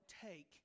take